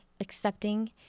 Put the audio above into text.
accepting